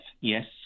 yes